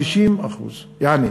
50%. יעני,